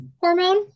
hormone